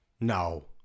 No